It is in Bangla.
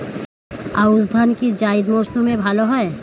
আউশ ধান কি জায়িদ মরসুমে ভালো হয়?